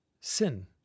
sin